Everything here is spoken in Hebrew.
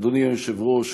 אדוני היושב-ראש,